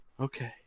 Okay